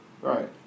Right